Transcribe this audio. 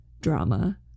drama